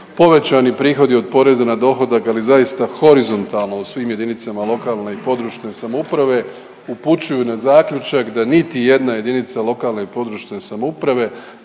povećani prihodi od poreza na dohodak, ali zaista horizontalno u svim jedinicama lokalne i područne samouprave upućuju na zaključak da niti jedna jedinica lokalne i područne samouprave